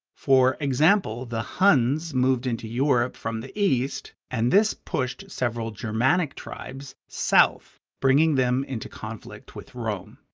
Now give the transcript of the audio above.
for example, the huns moved into europe from the east and this pushed several germanic tribes south, bringing them into conflict with rome.